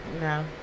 no